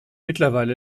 mittlerweile